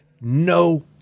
no